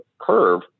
curve